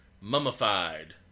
Mummified